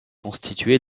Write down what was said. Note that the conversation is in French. constituée